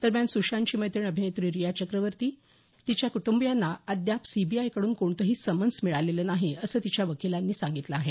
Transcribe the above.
दरम्यान सुशांतची मैत्रीण अभिनेत्री रिया चक्रवर्ती किंवा तिच्या कुटुंबियांना अद्याप सीबीआयकडून कोणतंही समन्स मिळालेलं नाही असं तिच्या वकिलांनी सांगितलं आहे